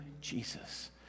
Jesus